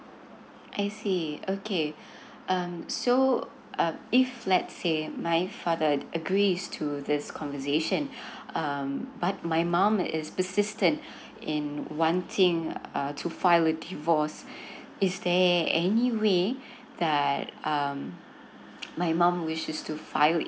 I see okay um so uh if let's say my father agrees to this conversation um but my mum is persistent in one thing uh to file the divorce is there any way that um my mom which is to file it